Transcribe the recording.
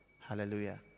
hallelujah